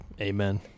amen